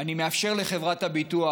אני מאפשר לחברת הביטוח